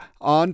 on